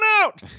out